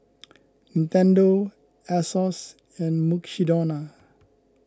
Nintendo Asos and Mukshidonna